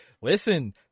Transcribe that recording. listen